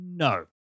No